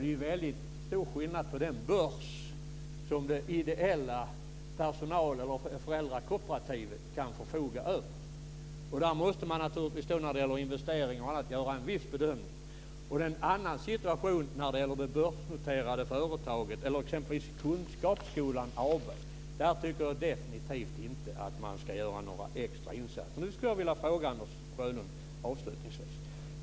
Det är stor skillnad på den börs som den ideella personalen eller föräldrakooperativet kan förfoga över. När det gäller investeringar och annat måste man naturligtvis göra en viss bedömning. Det är en annan situation när det gäller det börsnoterade företaget eller exempelvis Kunskapsskolan AB. Där tycker jag definitivt inte att man ska göra några extra insatser.